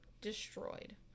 destroyed